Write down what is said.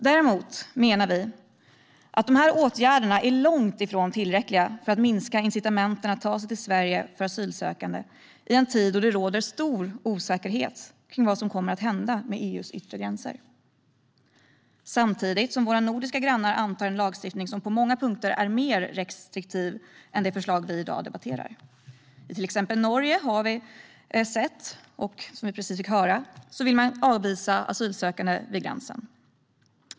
Däremot menar vi att dessa åtgärder är långt ifrån tillräckliga för att minska incitamenten att ta sig till Sverige för asylsökande i en tid då det råder stor osäkerhet om vad som kommer att hända med EU:s yttre gränser. Samtidigt antar våra nordiska grannar en lagstiftning som på många punkter är mer restriktiv än det förslag vi i dag debatterar. I till exempel Norge vill man, som vi precis fick höra, avvisa asylsökande vid gränsen.